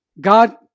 God